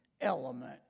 element